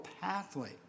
pathway